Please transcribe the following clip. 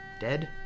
Dead